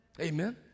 amen